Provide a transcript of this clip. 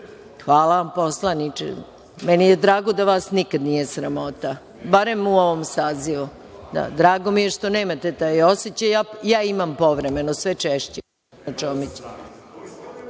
bilo.)Hvala vam, poslaniče. Drago mi je da vas nikada nije sramota, barem u ovom sazivu. Drago mi je što nemate taj osećaj. Ja imam povremeno, sve češće. Reč